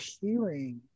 healing